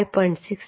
5